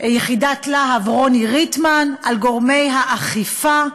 יחידת "להב" רוני ריטמן, על גורמי האכיפה,